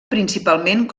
principalment